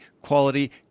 quality